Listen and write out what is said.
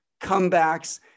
comebacks